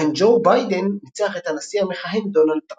בהן ג'ו ביידן ניצח את הנשיא המכהן דונלד טראמפ.